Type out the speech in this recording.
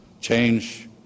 change